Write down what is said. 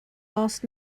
last